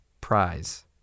prize